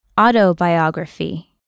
Autobiography